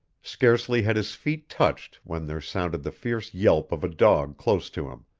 scarcely had his feet touched when there sounded the fierce yelp of a dog close to him,